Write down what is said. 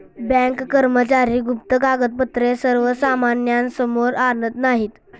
bank कर्मचारी गुप्त कागदपत्रे सर्वसामान्यांसमोर आणत नाहीत